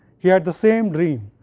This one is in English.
he had the same dream,